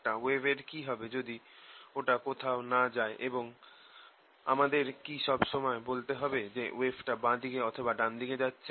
একটা ওয়েভের কি হবে যদি ওটা কোথাও না যায় এবং আমাদের কি সব সময়ে বলতে হবে যে ওয়েভটা বাঁ দিকে অথবা ডান দিকে যাচ্ছে